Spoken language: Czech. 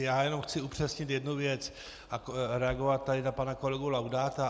Já jenom chci upřesnit jednu věc a reagovat tady na pana kolegu Laudáta.